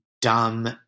dumb